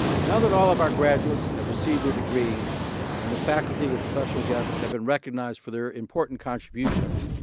now that all of our graduates have received their degrees and the faculty and special guests have been recognized for their important contributions,